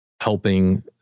helping